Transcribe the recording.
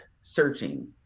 searching